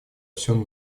всем